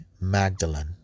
Magdalene